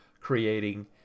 creating